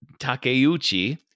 takeuchi